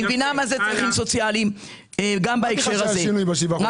והיא מבינה מה זה צרכים סוציאליים בהקשר הזה.